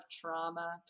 trauma